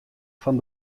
fan